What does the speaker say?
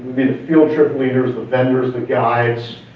the the field trip leaders, the vendors, the guide.